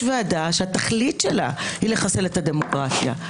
ועדה שהתכלית שלה היא לחסל את הדמוקרטיה.